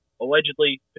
allegedly